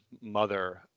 mother